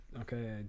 okay